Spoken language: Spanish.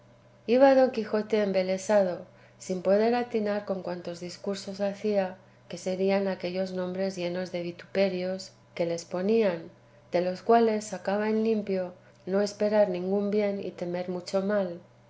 iba don quijote embelesado sin poder atinar con cuantos discursos hacía qué serían aquellos nombres llenos de vituperios que les ponían de los cuales sacaba en limpio no esperar ningún bien y temer mucho mal